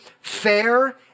fair